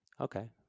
okay